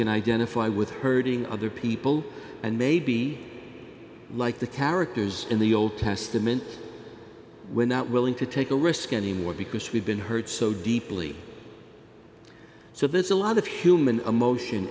can identify with hurting other people and maybe like the characters in the old testament we're not willing to take a risk anymore because we've been hurt so deeply so there's a lot of human emotion